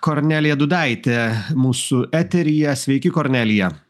kornelija dūdaitė mūsų eteryje sveiki kornelija